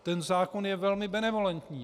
Ten zákon je velmi benevolentní.